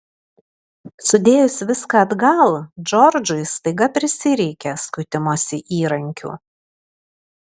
sudėjus viską atgal džordžui staiga prisireikė skutimosi įrankių